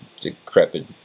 decrepit